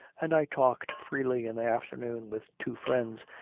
and i talked freely in the afternoon with two friends,